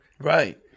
Right